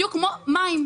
בדיוק כמו מים.